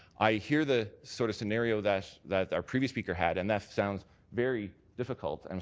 i hear the sort of scenario that that our previous speaker had and that sounds very difficult, and